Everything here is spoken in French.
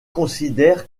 considèrent